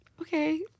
okay